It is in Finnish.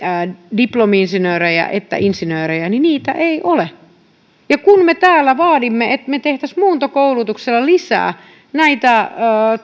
diplomi insinöörejä että insinöörejä niin niitä ei ole kun me täällä vaadimme että me tekisimme muuntokoulutuksella lisää näitä